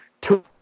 two